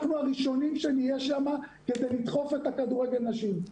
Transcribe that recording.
אנחנו הראשונים שנהיה שם כדי לדחוף את כדורגל הנשים.